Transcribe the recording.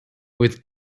with